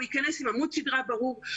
הוא יכנס עם עמוד שדרה ברור,